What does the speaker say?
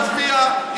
אז למה לא באתם להצביע?